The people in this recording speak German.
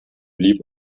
lief